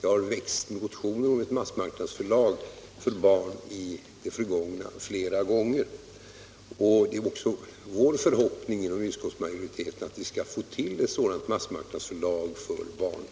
Det har flera gånger i det förgångna väckts motioner om ett mass marknadsförlag för barn. Vår förhoppning inom utskottsmajoriteten är också att få ett sådant massmarknadsförlag för barn.